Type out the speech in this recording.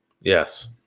Yes